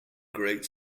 great